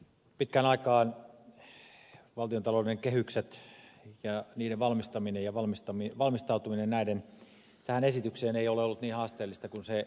pitkään aikaan valtiontalouden kehysten valmistaminen ja valmistautuminen tähän esitykseen ei ole ollut niin haasteellista kuin se nyt on